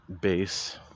base